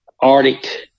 Arctic